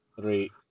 Three